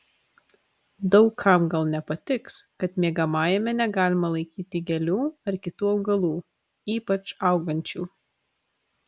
daug kam gal nepatiks kad miegamajame negalima laikyti gėlių ar kitų augalų ypač augančių